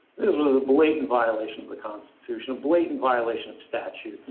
this was a blatant violation of the constitution. a blatant violation of statute.